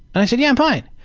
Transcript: and i said, yeah, i'm fine.